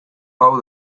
hau